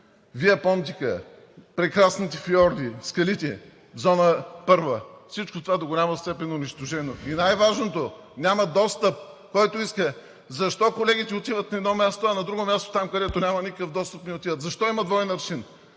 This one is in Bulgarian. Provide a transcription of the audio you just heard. Виа Понтика, прекрасните фиорди, скалите, Зона първа, всичко това до голяма степен е унищожено. И най-важното – няма достъп, който иска. Защо колегите отиват на едно място, а на друго място, там където няма никакъв достъп, не отиват? Защо има двоен аршин?